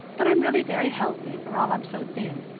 but i'm really very healthy for all i'm so thin.